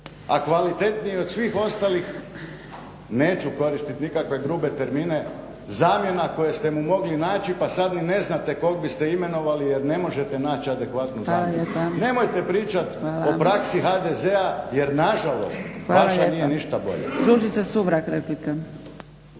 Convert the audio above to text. A kvalitetniji od svih ostalih neću koristiti nikakve grube termine. Zamjena koju ste mu mogli naći pa sad ni ne znate kog biste imenovali jer ne možete naći adekvatnu zamjenu. Nemojte pričati o praksi HDZ-a jer nažalost vaša nije ništa bolja.